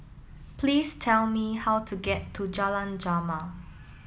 please tell me how to get to Jalan Jamal